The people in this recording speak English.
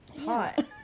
hot